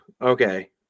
Okay